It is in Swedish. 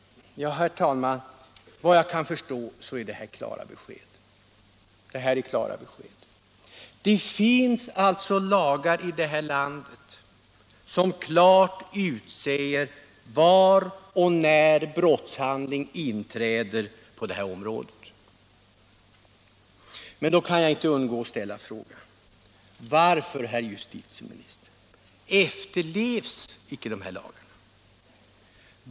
Herr talman! Vad jag kan förstå är detta klara besked. Det finns alltså lagar här i landet som klart utsäger var och när brottshandling inträder på det här området. Men då kan jag inte undgå att ställa frågan: Varför, herr justitieminister, efterlevs icke de lagarna?